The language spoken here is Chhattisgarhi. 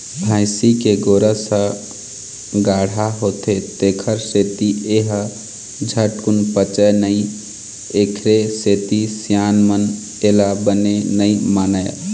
भइसी के गोरस ह गाड़हा होथे तेखर सेती ए ह झटकून पचय नई एखरे सेती सियान मन एला बने नइ मानय